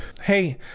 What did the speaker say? Hey